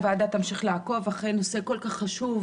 הוועדה תמשיך לעקוב אחרי נושא כל כך חשוב